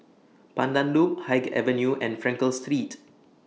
Pandan Loop Haig Avenue and Frankel Street